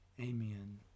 Amen